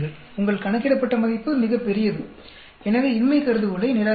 உங்கள் கணக்கிடப்பட்ட மதிப்பு மிகப் பெரியது எனவே இன்மை கருதுகோளை நிராகரிக்கவும்